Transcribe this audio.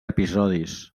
episodis